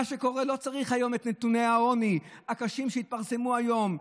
מה שקורה זה שלא צריך את נתוני העוני הקשים שהתפרסמו היום,